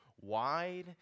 wide